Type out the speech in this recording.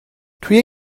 توی